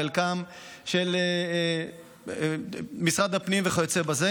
חלקם של משרד הפנים וכיוצא בזה.